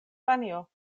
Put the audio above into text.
panjo